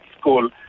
school